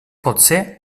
potser